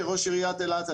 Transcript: כראש עיריית אילת,